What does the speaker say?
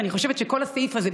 ואני חושבת שכל הסעיף הזה,